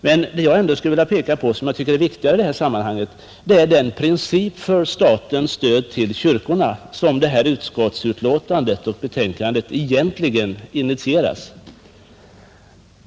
Men det viktigaste i det här sammanhanget är ändock den princip för statens stöd till kyrkorna som utskottsbetänkandet egentligen initierar.